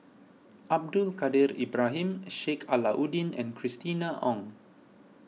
Abdul Kadir Ibrahim Sheik Alau'ddin and Christina Ong